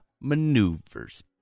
maneuvers